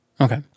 Okay